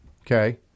okay